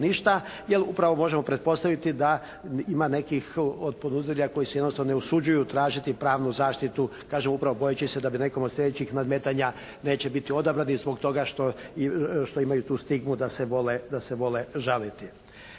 ništa jer upravo možemo pretpostaviti da ima nekih od ponuditelja koji se jednostavno ne usuđuju tražiti pravnu zaštitu kažem upravo bojeći se da bi nekom od sljedećih nadmetanja neće biti odabrani zbog toga što imaju tu stigmu da se vole žaliti.